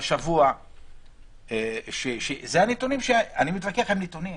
אני מתווכח עם נתונים.